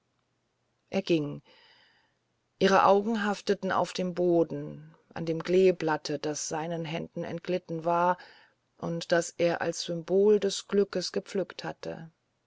er ging ihr auge haftete auf dem boden an dem kleeblatte das seinen händen entglitten war und das er als symbol des glückes gepflückt hatte